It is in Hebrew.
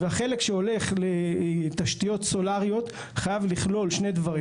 והחלק שהולך לתשתיות סולריות חייב לכלול שני דברים: